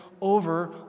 over